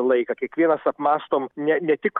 laiką kiekvienas apmąstom ne ne tik